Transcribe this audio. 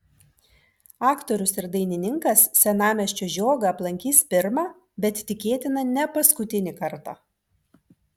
aktorius ir dainininkas senamiesčio žiogą aplankys pirmą bet tikėtina ne paskutinį kartą